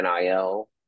NIL